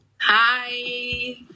Hi